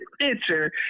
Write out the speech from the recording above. picture